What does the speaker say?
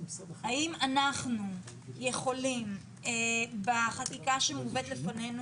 האם אנחנו יכולים בחקיקה שמובאת לפנינו